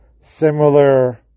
similar